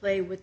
play with